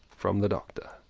from the doctor.